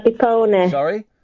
Sorry